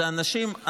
זה אנשים.